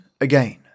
again